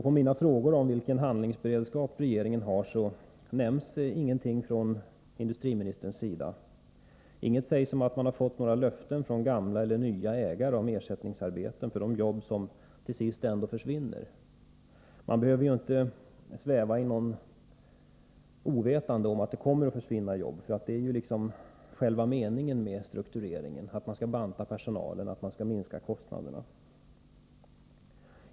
På min fråga vilken beredskap regeringen har lämnar industriministern inte något svar. Ingenting sägs heller om ifall man har fått löften från gamla eller nya ägare om ersättningsarbeten för de arbetstillfällen som till sist ändå försvinner. Vi behöver inte sväva i ovisshet om att många arbeten kommer att försvinna. Det är liksom själva meningen med struktureringen att minska antalet anställda för att minska kostnaderna.